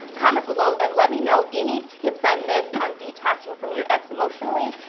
comment below, and let me know any tips i missed on detaching from your ex emotionally,